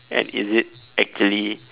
and is it actually